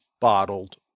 bottled